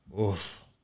Oof